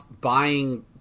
buying